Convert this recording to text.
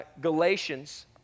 Galatians